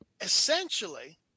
essentially